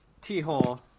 T-Hole